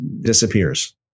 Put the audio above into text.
disappears